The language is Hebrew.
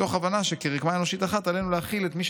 מתוך הבנה שכרקמה אנושית אחת עלינו להכיל את מי